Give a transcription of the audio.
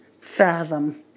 fathom